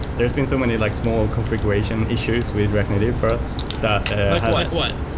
there's been so many like small configuration issues with react native for us that like what?